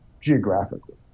geographically